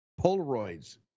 Polaroids